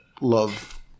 love